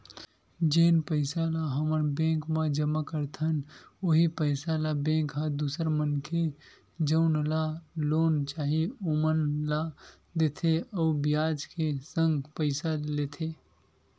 जेन पइसा ल हमन बेंक म जमा करथन उहीं पइसा ल बेंक ह दूसर मनखे जउन ल लोन चाही ओमन ला देथे अउ बियाज के संग पइसा लेथे